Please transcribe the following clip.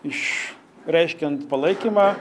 iš reiškiant palaikymą